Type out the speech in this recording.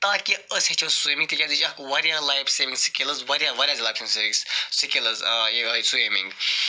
تاکہِ أسۍ ہیٚچھو سِومِنٛگ تِکیازِ یہِ چھِ اکھ واریاہ لایف سیوِنٛگ سکلز واریاہ واریاہ لایف سیوِنٛگ سکلز یِہوٚے سِومِنٛگ